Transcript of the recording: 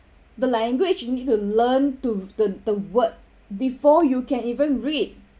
the language you need to learn to the the words before you can even read why